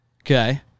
okay